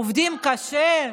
עובדים קשה,